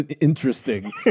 interesting